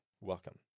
Welcome